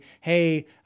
hey